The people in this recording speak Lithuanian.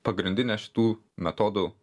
pagrindinė šitų metodų